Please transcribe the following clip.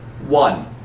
One